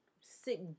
sick